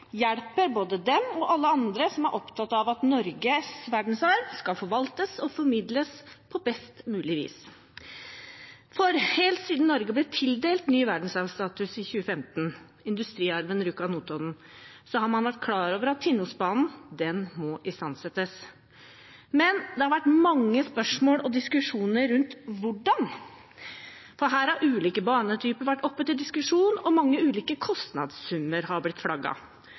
hjelper både dem og alle andre som er opptatt av at Norges verdensarv skal forvaltes og formidles på best mulig vis. Helt siden Norge ble tildelt ny verdensarvstatus i 2015, Rjukan–Notodden industriarv, har man vært klar over at Tinnosbanen må istandsettes. Men det har vært mange spørsmål og diskusjoner om hvordan, for her har ulike banetyper vært oppe til diskusjon, og mange ulike kostnadssummer har blitt